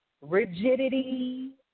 Rigidity